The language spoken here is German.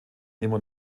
immer